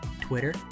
Twitter